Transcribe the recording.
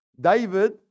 David